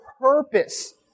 purpose